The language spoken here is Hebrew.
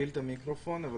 טוב,